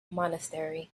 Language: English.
monastery